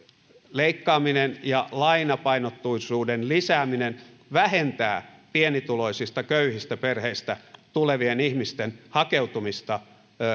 leikkaaminen ja lainapainotteisuuden lisääminen vähentää pienituloisista köyhistä perheistä tulevien ihmisten hakeutumista